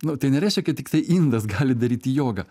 nu tai nereiškia kad tiktai indas gali daryti jogą